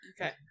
okay